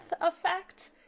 effect